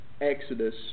Exodus